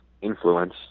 influence